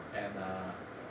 and err